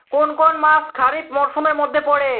কোন কোন মাস খরিফ মরসুমের মধ্যে পড়ে?